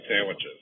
sandwiches